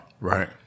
Right